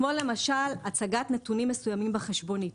כמו למשל הצגת נתונים מסוימים בחשבונית.